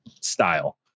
style